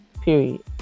Period